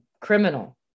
criminal